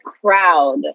crowd